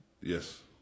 Yes